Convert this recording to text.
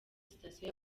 sitasiyo